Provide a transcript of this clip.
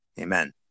Amen